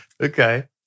Okay